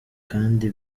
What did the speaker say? kandi